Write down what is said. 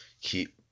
keep